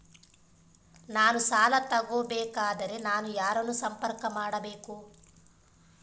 ನಾನು ಸಾಲ ತಗೋಬೇಕಾದರೆ ನಾನು ಯಾರನ್ನು ಸಂಪರ್ಕ ಮಾಡಬೇಕು?